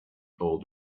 old